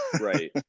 Right